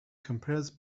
compares